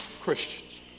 Christians